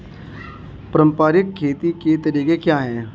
पारंपरिक खेती के तरीके क्या हैं?